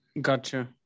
Gotcha